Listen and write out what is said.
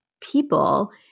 people